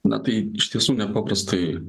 na tai iš tiesų nepaprastai